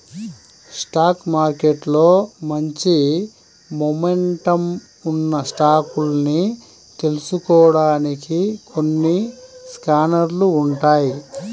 stock మార్కెట్లో మంచి momentum ఉన్న స్టాకుల్ని తెలుసుకోడానికి కొన్ని స్కానర్లు ఉంటాయ్